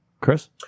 chris